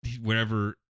wherever